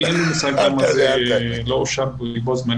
כי אין לי מושג למה זה לא אושר בו-זמנית.